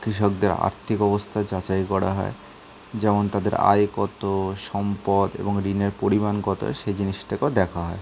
কৃষকদের আর্থিক অবস্থা যাচাই করা হয় যেমন তাদের আয় কত সম্পদ এবং ঋণের পরিমাণ কত সেই জিনিসটাকেও দেখা হয়